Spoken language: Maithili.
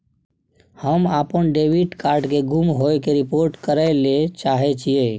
हम अपन डेबिट कार्ड के गुम होय के रिपोर्ट करय ले चाहय छियै